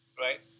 right